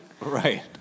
Right